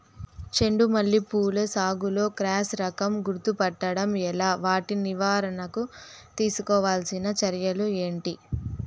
చెండు మల్లి పూల సాగులో క్రాస్ రకం గుర్తుపట్టడం ఎలా? వాటి నివారణకు తీసుకోవాల్సిన చర్యలు ఏంటి?